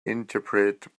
interpret